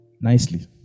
Nicely